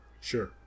Sure